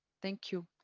thank you,